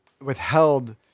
withheld